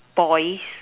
boils